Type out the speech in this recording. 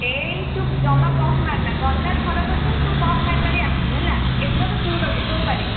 ଏଇ ତୁ ଜମା ପଙ୍କ ମାର୍ ନା ଗଲାଥରକ ଠୁ ତୁ ପଙ୍କ ମାରି ମାରି ଆସିଛୁ ହେଲା ଏଥରକ ତୁ ଦେବୁ ତୋ ପାଳି